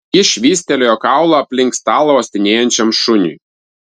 ji švystelėjo kaulą aplink stalą uostinėjančiam šuniui